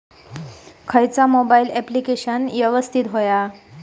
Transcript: खयचा mobile application यवस्तित होया?